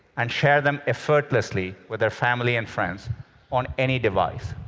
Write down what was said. and share them effortlessly with their family and friends on any device.